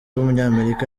w’umunyamerika